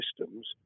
systems